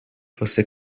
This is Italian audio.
fosse